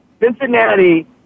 Cincinnati –